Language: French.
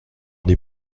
des